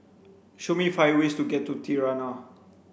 show me five ways to get to Tirana